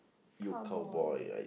cowboy